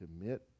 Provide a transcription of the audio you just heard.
commit